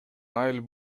айыл